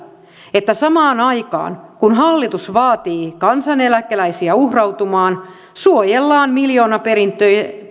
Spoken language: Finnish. että samaan aikaan kun hallitus vaatii kansaneläkeläisiä uhrautumaan suojellaan miljoonaperintöjen